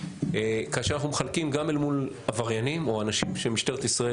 כאשר אנחנו מחלקים גם אל מול עבריינים או אנשים שמשטרת ישראל